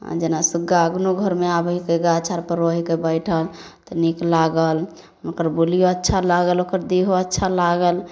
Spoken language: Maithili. आ जेना सुग्गा कोनो घरमे आबै हिके गाछ आर पर रहै हिके बैठल तऽ नीक लागल हुनकर बोलियो अच्छा लागल ओकर देहो अच्छा लागल